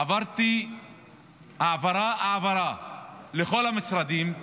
עברתי העברה-העברה לכל המשרדים,